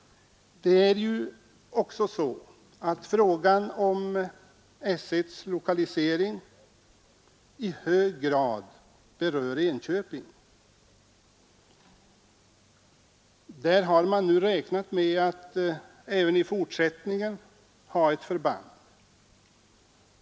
Frågan om S 15s lokalisering berör i hög grad Enköping. Där har man räknat med att även i fortsättningen ha ett förband.